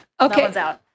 Okay